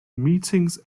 meetings